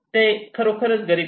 ते खरोखर गरीब आहेत